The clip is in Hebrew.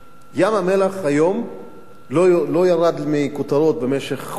ים-המלח לא ירד מהכותרות במשך חודשים,